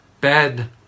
bed